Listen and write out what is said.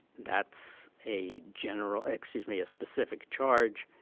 that's a general excuse me, a specific charge,